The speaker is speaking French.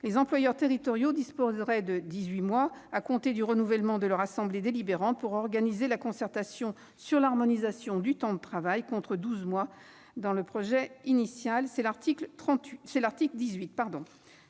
les employeurs territoriaux disposeraient de dix-huit mois à compter du renouvellement de leur assemblée délibérante pour organiser la concertation sur l'harmonisation du temps de travail, contre douze mois dans le projet de loi initial.